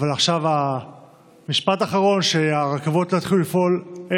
אבל עכשיו המשפט האחרון שהרכבות לא יתחילו לפעול,